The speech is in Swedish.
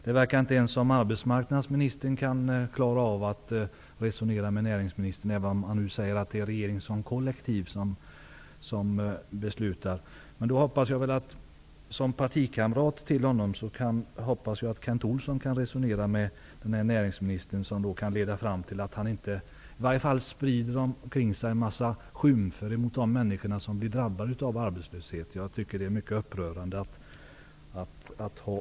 Det verkar som om inte heller arbetsmarknadsministern klarar av att resonera med näringsministern, även om han säger att det är regeringen som kollektiv som beslutar. Jag hoppas att Kent Olsson kan tala med näringsministern på ett sätt som leder fram till att denne i varje fall inte sprider omkring sig en massa skymfer mot de människor som blir drabbade av arbetslösheten. Jag tycker att näringsministerns sätt att uttrycka sig är mycket upprörande.